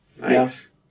Yes